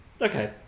Okay